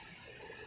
then